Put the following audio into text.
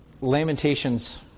Lamentations